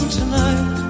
tonight